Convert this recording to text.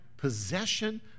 possession